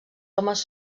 homes